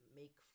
make